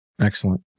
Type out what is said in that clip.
Excellent